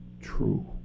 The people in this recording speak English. true